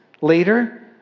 Later